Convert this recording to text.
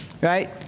right